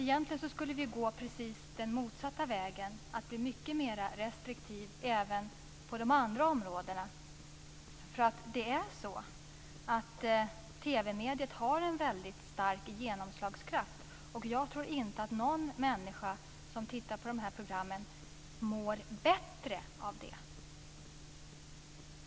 Egentligen skulle vi gå precis den motsatta vägen och bli mycket mer restriktiva även på de andra områdena. TV-mediet har nämligen en mycket stark genomslagskraft, och jag tror inte att någon människa som tittar på dessa program mår bättre av det.